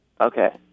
Okay